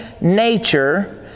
nature